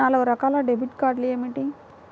నాలుగు రకాల డెబిట్ కార్డులు ఏమిటి?